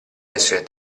essere